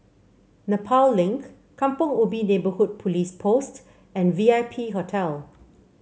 Nepal Link Kampong Ubi Neighbourhood Police Post and V I P Hotel